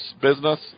business